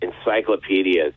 encyclopedias